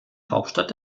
hauptstadt